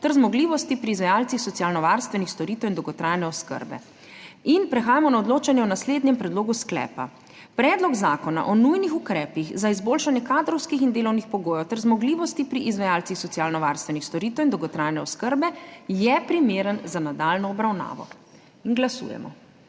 ter zmogljivosti pri izvajalcih socialnovarstvenih storitev in dolgotrajne oskrbe. Prehajamo na odločanje o naslednjem predlogu sklepa: Predlog zakona o nujnih ukrepih za izboljšanje kadrovskih in delovnih pogojev ter zmogljivosti pri izvajalcih socialnovarstvenih storitev in dolgotrajne oskrbe je primeren za nadaljnjo obravnavo. Glasujemo.